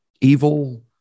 evil